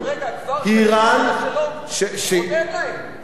שלום עוד אין להם,